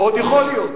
עוד יכול להיות.